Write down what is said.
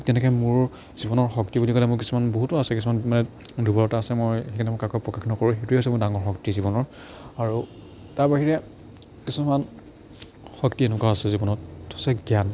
তেনেকৈ মোৰ জীৱনৰ শক্তি বুলি ক'লে মোৰ কিছুমান বহুতো আছে কিছুমান মানে দুৰ্বলতা আছে মই সেইকাৰণে মই কাকো প্ৰকাশ নকৰোঁ সেইটোৱে হৈছে মোৰ ডাঙৰ শক্তি জীৱনৰ আৰু তাৰ বাহিৰে কিছুমান শক্তি এনেকুৱা আছে জীৱনত হৈছে জ্ঞান